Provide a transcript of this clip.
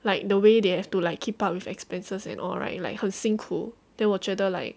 like the way they have to like keep up with expenses and all right like 很辛苦 then 我觉得 like